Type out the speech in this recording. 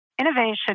Innovation